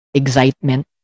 excitement